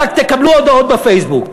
רק תקבלו הודעות בפייסבוק.